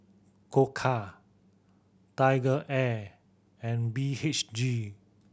Koka TigerAir and B H G